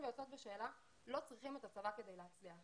ויוצאות בשאלה לא צריכים את הצבא כדי להצליח.